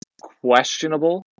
questionable